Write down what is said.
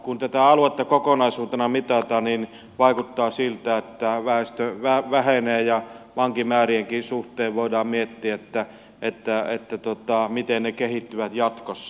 kun tätä aluetta kokonaisuutena mitataan niin vaikuttaa siltä että väestö vähenee ja vankimäärienkin suhteen voidaan miettiä miten ne kehittyvät jatkossa